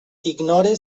ignore